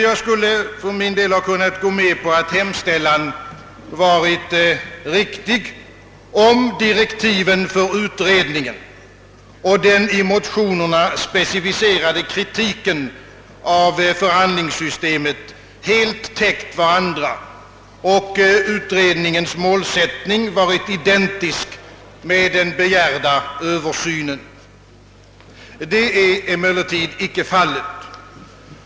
Jag skulle för min del ha kunnat gå med på att hemställan varit riktig, om direktiven för utredningen och den i motionerna specificerade kri tiken av förbandlingssystemet helt täckt varandra och utredningens målsättning varit identisk med den begärda översynen. Det är emellertid icke fallet.